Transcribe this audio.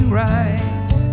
right